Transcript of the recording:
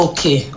Okay